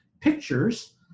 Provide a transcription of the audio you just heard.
pictures